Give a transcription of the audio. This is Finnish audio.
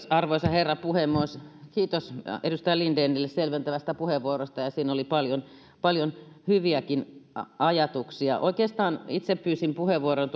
arvoisa herra puhemies kiitos edustaja lindenille selventävästä puheenvuorosta ja ja siinä oli paljon paljon hyviäkin ajatuksia oikeastaan itse pyysin puheenvuoron